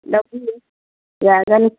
ꯂꯧꯕꯤꯕ ꯌꯥꯒꯅꯤ